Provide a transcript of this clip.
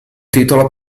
titolo